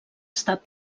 estat